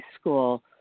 school